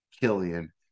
Killian